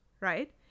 right